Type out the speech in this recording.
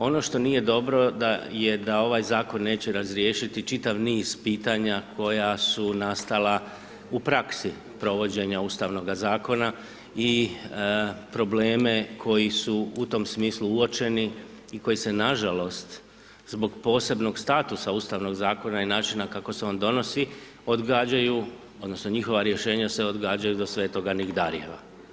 Ono što nije dobro da, je da ovaj zakon neće razriješiti čitav niz pitanja koja su nastala u praksi provođenja Ustavnoga zakona i probleme koji su u tom smislu uočeni i koji se nažalost zbog posebnog statusa Ustavnog zakona i načina kako se on donosi odgađaju odnosno njihova rješenja se odgađaju do svetoga nigdarjeva.